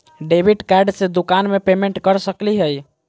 Debit card से दुकान में पेमेंट कर सकली हई?